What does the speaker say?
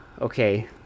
okay